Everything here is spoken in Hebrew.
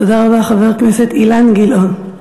תודה רבה, חבר הכנסת אילן גילאון.